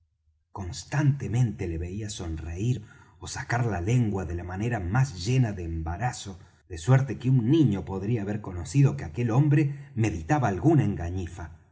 constantemente le veía sonreir ó sacar la lengua de la manera más llena de embarazo de suerte que un niño podría haber conocido que aquel hombre meditaba alguna engañifa